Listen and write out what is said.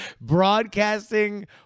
broadcasting